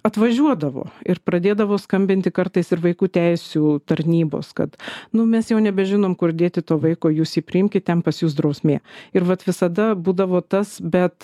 atvažiuodavo ir pradėdavo skambinti kartais ir vaikų teisių tarnybos kad nu mes jau nebežinom kur dėti to vaiko jūs jį priimkit pas jus drausmė ir vat visada būdavo tas bet